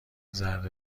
ذره